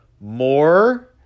more